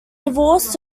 divorced